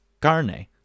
carne